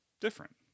different